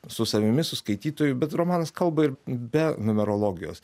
su savimi su skaitytoju bet romanas kalba ir be numerologijos